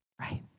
Right